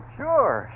sure